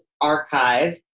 archive